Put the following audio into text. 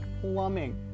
plumbing